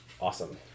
awesome